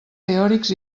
teòrics